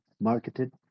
marketed